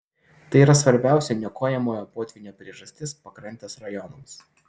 tai yra svarbiausia niokojamojo potvynio priežastis pakrantės rajonams